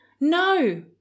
No